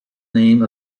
name